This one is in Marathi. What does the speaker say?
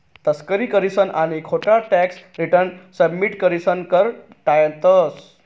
तस्करी करीसन आणि खोटा टॅक्स रिटर्न सबमिट करीसन कर टायतंस